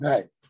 Right